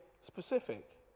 specific